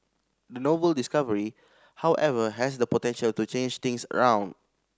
the novel discovery however has the potential to change things around